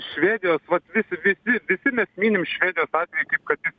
švedijos vat visi visi visi mes minim švedijos atvejį kaip kad ji